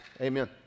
Amen